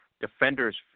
Defenders